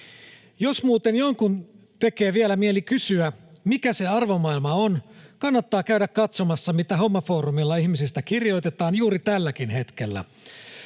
”Jos muuten jonkun tekee vielä mieli kysyä, mikä se arvomaailma on, kannattaa käydä katsomassa, mitä Hommaforumilla ihmisistä kirjoitetaan juuri tälläkin hetkellä